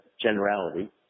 generality